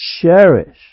cherish